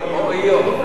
איוּב או איוֹב?